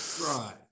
right